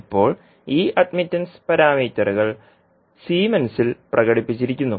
ഇപ്പോൾ ഈ അഡ്മിറ്റൻസ് പാരാമീറ്ററുകൾ സീമെൻസിൽ പ്രകടിപ്പിച്ചിരിക്കുന്നു